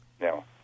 No